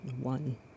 one